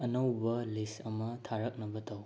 ꯑꯅꯧꯕ ꯂꯤꯁ ꯑꯃ ꯊꯥꯔꯛꯅꯕ ꯇꯧ